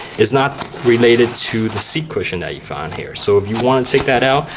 is not related to the seat cushion that you found here. so if you want to take that out,